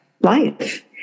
life